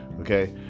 okay